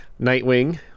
Nightwing